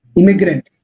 immigrant